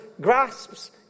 grasps